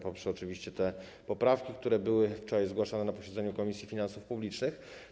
Poprze oczywiście te poprawki, które były wczoraj zgłaszane na posiedzeniu Komisji Finansów Publicznych.